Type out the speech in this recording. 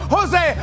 Jose